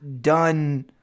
done